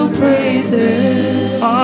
praises